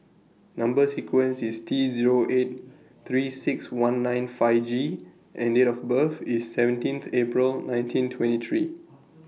Number sequence IS T Zero eight three six one nine five G and Date of birth IS seventeen April nineteen twenty three